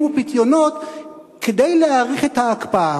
ופיתיונות כדי להאריך את ההקפאה.